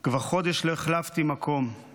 // כבר חודש לא החלפתי מקום /